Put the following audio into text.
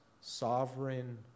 sovereign